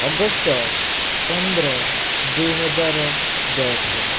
August ପନ୍ଦର ଦୁଇହଜାର ଦଶ